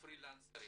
הפרילנסרים.